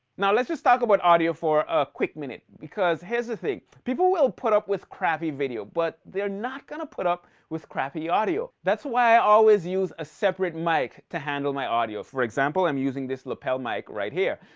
now let's just talk about audio for a quick minute. because, here's the thing. people will put up with crappy video, but they're not gonna put up with crappy audio. that's why i always use a separate mic to handle my audio. for example, i'm using this lapel mic right here.